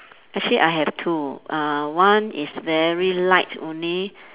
actually I have two uh one is very light only